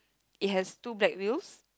it has two black wheels